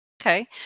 Okay